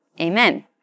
amen